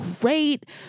great